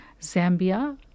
zambia